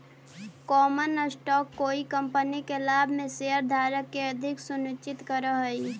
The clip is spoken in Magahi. कॉमन स्टॉक कोई कंपनी के लाभ में शेयरधारक के अधिकार सुनिश्चित करऽ हई